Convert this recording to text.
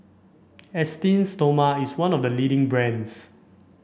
Esteem Stoma is one of the leading brands